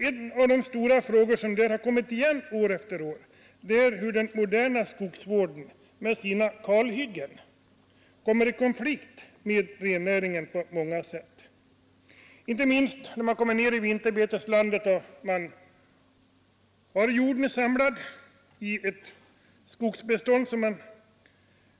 En av de stora frågor, som kommit igen år efter år, är hur den moderna skogsvården med sina kalhyggen kommer i konflikt med rennäringen på många sätt, inte minst när man kommer ner till vinterbeteslandet. Där har man haft renhjorden samlad i ett skogsbestånd.